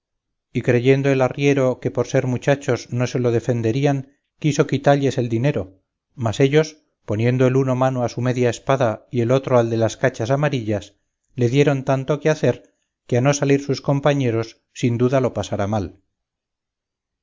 y creyendo el arriero que por ser muchachos no se lo defenderían quiso quitalles el dinero mas ellos poniendo el uno mano a su media espada y el otro al de las cachas amarillas le dieron tanto que hacer que a no salir sus compañeros sin duda lo pasara mal